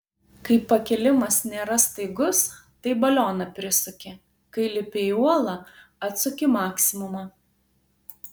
kai pakilimas nėra staigus tai balioną prisuki kai lipi į uolą atsuki maksimumą